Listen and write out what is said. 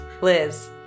liz